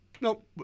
nope